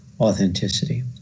authenticity